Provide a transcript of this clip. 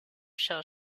shall